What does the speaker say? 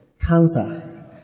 cancer